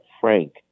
Frank